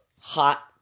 hot